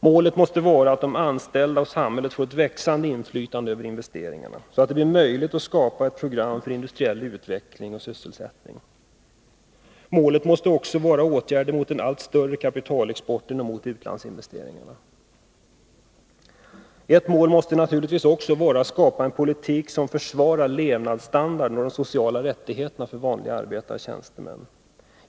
Målet måste vara att de anställda och samhället får ett växande inflytande över investeringarna, så att det blir möjligt att skapa ett program för industriell utveckling och sysselsättning. Målet måste också omfatta åtgärder mot den allt större kapitalexporten och mot utlandsinvesteringarna. Ett mål måste naturligtvis också vara att skapa en politik som försvarar levnadsstandarden och de sociala rättigheterna för vanliga arbetare och tjänstemän.